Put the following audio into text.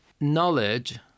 Knowledge